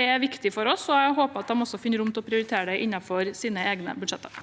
Det er viktig for oss, og jeg håper at de også finner rom til å prioritere det innenfor sine egne budsjetter.